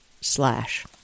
slash